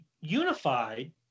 unified